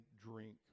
drink